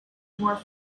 more